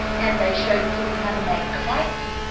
and they showed kids how to make kites,